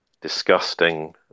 disgusting